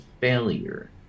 failure